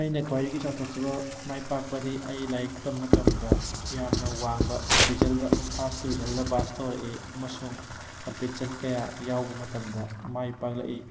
ꯑꯩꯅ ꯈ꯭ꯋꯥꯏꯗꯒꯤ ꯆꯥꯎꯊꯣꯛꯆꯕ ꯃꯥꯏ ꯄꯥꯛꯄꯗꯤ ꯑꯩ ꯂꯥꯏꯔꯤꯛ ꯇꯝꯕ ꯃꯇꯝꯗ ꯌꯥꯝꯅ ꯋꯥꯡꯕ ꯗꯤꯕꯤꯖꯟꯗ ꯐꯥꯔꯁꯠ ꯗꯤꯕꯤꯖꯟꯗ ꯄꯥꯁ ꯇꯧꯔꯛꯏ ꯑꯃꯁꯨꯡ ꯀꯝꯄꯤꯇꯤꯁꯟ ꯀꯌꯥ ꯌꯥꯎꯕ ꯃꯇꯝꯗ ꯃꯥꯏ ꯄꯥꯛꯂꯛꯏ